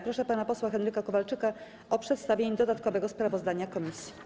Proszę pana posła Henryka Kowalczyka o przedstawienie dodatkowego sprawozdania komisji.